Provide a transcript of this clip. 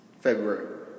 February